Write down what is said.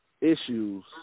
issues